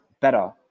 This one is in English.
better